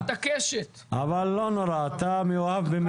אבל לא נורא, אתה מאוהב במתווים.